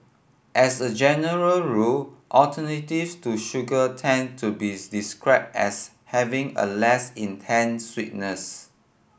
as a general rule alternatives to sugar tend to be described as having a less intense sweetness